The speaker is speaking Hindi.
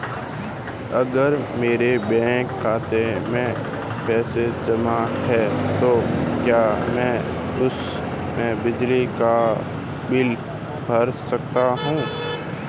अगर मेरे बैंक खाते में पैसे जमा है तो क्या मैं उसे बिजली का बिल भर सकता हूं?